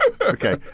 Okay